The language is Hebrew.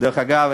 דרך אגב,